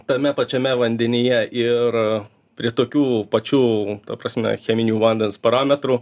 tame pačiame vandenyje ir prie tokių pačių ta prasme cheminių vandens parametrų